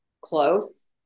close